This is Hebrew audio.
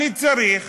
אני צריך